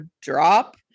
drop